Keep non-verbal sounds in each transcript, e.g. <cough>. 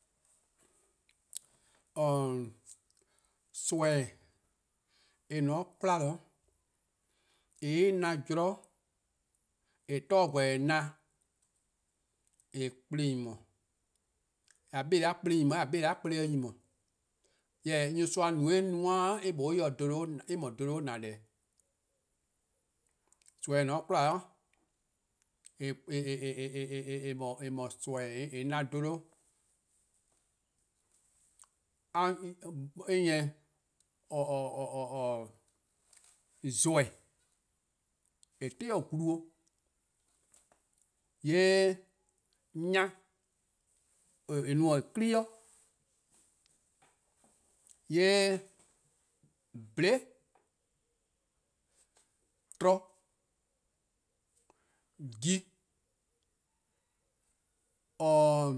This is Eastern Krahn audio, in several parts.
Nimi :eh :ne-a 'de 'kwla eh-' na-' zorn, :mor glu gor ;de :eh na, :eh :korn-a kplen :nyni-a 'yi-dih, ne-a kplen :nyni-: 'yi 'de ne-a kplen se 'yi-dih :nyni, jorwor: :ka nyorsoa no-a eh no-a eh mlor eh :mor <hesitation> dholo-' :na deh 'o. Nimi :eh :ne-a 'de kwla eh <hesitation> no-a nimi :eh na-a dholo-', <hesitation> zoeh :eh ti-a 'de glu. :yee' nyea :eh no-a 'o :eh 'ki-a 'i, :yee', dhliin, tlo, ji, :oror: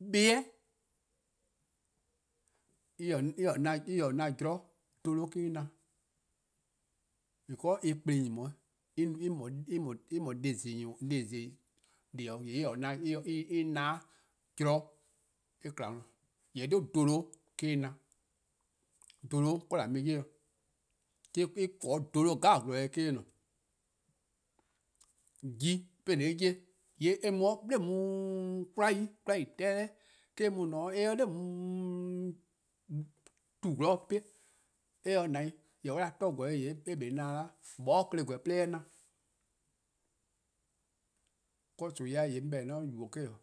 bibi', en-' <hesitation> :na zorn, dholo-' 'de en na. Because eh kplen :nyni-: 'yi. en :mor <hesitation> deh+ zon+ deh 'o, :yee' <hesitation> eh :na-a zorn :eh :kma worn, dholo 'de eh na. dholo-' 'de :wor :an mu-eh 'ye-dih-', 'de dholo 'bli :gwlor deh 'de :wor en :ne. 'Ji :mor :on 'ye-eh 'ye, eh mu 'de <hesitation> 'kwlae' :dha :dhorno' 'de :wor eh mu :ne-' eh <hesitation> 'ye 'de tu 'zorn dih 'pehn. Eh :se na 'i, jorwor: :mor on 'da glu gor :yee eh 'kpa 'o :na 'da 'weh. :mor 'moeh kpon-eh :weh 'de eh na. Nimi-a :yeh+ 'on 'beh-dih: 'on 'ye-a yubo me 'o',,